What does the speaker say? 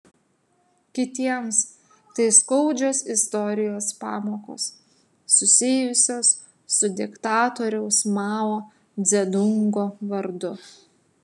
kitiems tai skaudžios istorijos pamokos susijusios su diktatoriaus mao dzedungo vardu